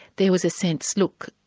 there was a sense, look,